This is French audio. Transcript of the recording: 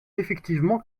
effectivement